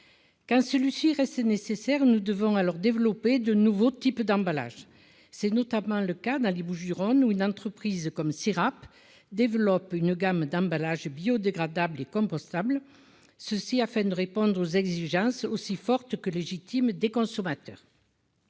quand celui-ci restait nécessaire, nous devons alors développer de nouveaux types d'emballages, c'est notamment le cas dans les Bouches-du-Rhône, où une entreprise comme si rap développe une gamme d'emballages biodégradables et compostables ceci afin de répondre aux exigences aussi forte que légitime des consommateurs.